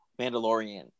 Mandalorian